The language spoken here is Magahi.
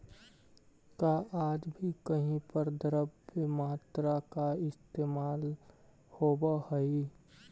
का आज भी कहीं पर द्रव्य मुद्रा का इस्तेमाल होवअ हई?